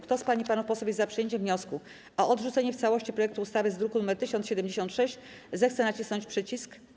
Kto z pań i panów posłów jest za przyjęciem wniosku o odrzucenie w całości projektu ustawy z druku nr 1076, zechce nacisnąć przycisk.